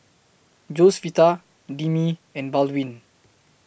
Josefita Demi and Baldwin